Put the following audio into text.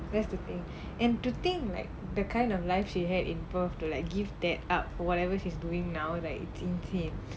that's the thing and to think like the kind of life she had in perth to like give that up or whatever she's doing now like it's insane